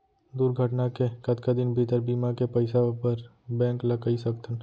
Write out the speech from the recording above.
दुर्घटना के कतका दिन भीतर बीमा के पइसा बर बैंक ल कई सकथन?